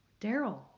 Daryl